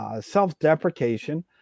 self-deprecation